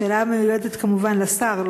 השאלה מיועדת כמובן לשר,